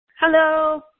Hello